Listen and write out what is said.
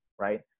right